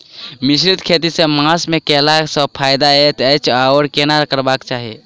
मिश्रित खेती केँ मास मे कैला सँ फायदा हएत अछि आओर केना करबाक चाहि?